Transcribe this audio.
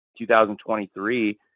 2023